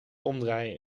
omdraaien